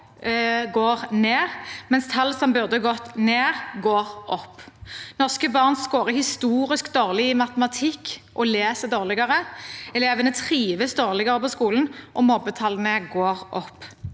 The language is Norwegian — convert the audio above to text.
går ned, mens tall som burde gått ned, går opp. Norske barn skårer historisk dårlig i matematikk og leser dårligere. Elevene trives dårligere på skolen, og mobbetallene går opp.